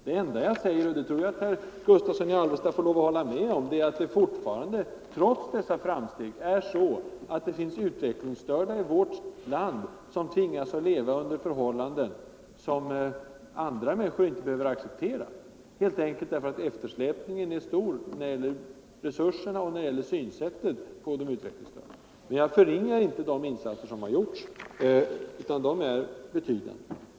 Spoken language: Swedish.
Det enda jag påstår — och det tror jag att herr Gustavsson i Alvesta får lov att hålla med mig om -— är att det trots dessa framsteg fortfarande finns utvecklingsstörda i vårt land som tvingas att leva under förhållanden som andra människor inte behöver acceptera, helt enkelt därför att eftersläpningen är stor både när det gäller resurserna och när det gäller synsättet på de utvecklingsstörda. Men jag förringar inte de insatser som har gjorts — de är betydande.